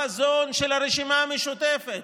החזון של הרשימה המשותפת.